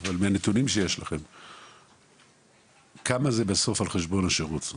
כמה זה בסוף על חשבון השירות?